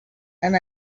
and